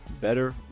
better